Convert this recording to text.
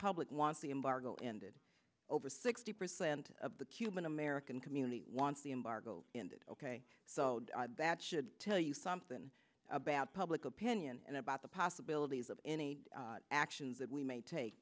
public wants the embargo ended over sixty percent of the cuban american community wants the embargo ok so that should tell you something about public opinion and about the possibilities of any actions that we may take